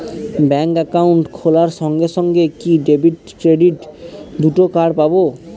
Bank account খোলার সঙ্গে সঙ্গে কি ডেবিট ক্রেডিট দুটো কার্ড পাবো?